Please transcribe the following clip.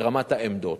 ברמת העמדות.